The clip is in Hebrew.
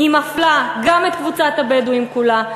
היא מפלה גם את קבוצת הבדואים כולה,